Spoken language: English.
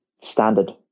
standard